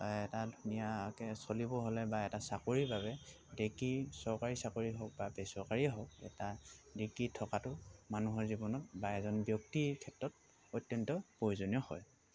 এটা ধুনীয়াকৈ চলিব হ'লে বা এটা চাকৰিৰ বাবে ডিগ্ৰী চৰকাৰী চাকৰি হওক বা বেচৰকাৰীয়েেই হওক এটা ডিগ্ৰী থকাটো মানুহৰ জীৱনত বা এজন ব্যক্তিৰ ক্ষেত্ৰত অত্যন্ত প্ৰয়োজনীয় হয়